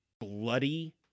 bloody